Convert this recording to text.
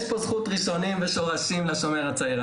יש פה זכות ראשונים ושורשים לשומר הצעיר,